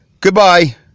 Goodbye